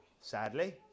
sadly